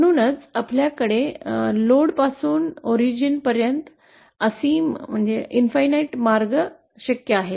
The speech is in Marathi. म्हणूनच आपल्याकडे भार पासून मूळ पर्यंत असीम अनेक मार्ग शक्य आहेत